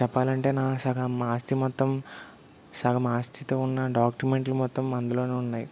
చెప్పాలంటే నా సగం ఆస్తి మొత్తం సగం అస్తితో ఉన్న డాక్టుమెంట్లు మొత్తం అందులోనే ఉన్నాయి